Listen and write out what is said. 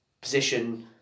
position